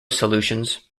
solutions